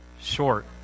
Short